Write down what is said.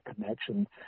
connection